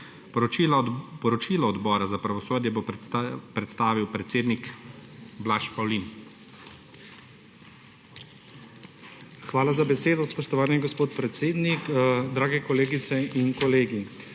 Poročilo Odbora za pravosodje bo predstavil predsednik Blaž Pavlin. BLAŽ PAVLIN (PS NSi): Hvala za besedo, spoštovani gospod predsednik. Drage kolegice in kolegi!